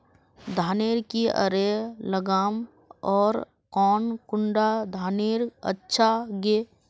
धानेर की करे लगाम ओर कौन कुंडा धानेर अच्छा गे?